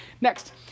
Next